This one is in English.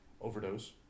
overdose